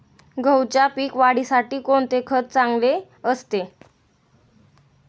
गहूच्या पीक वाढीसाठी कोणते खत चांगले असते?